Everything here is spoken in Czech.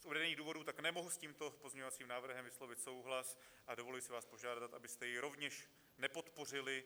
Z uvedených důvodů tak nemohu s tímto pozměňovacím návrhem vyslovit souhlas a dovoluji si vás požádat, abyste jej rovněž nepodpořili.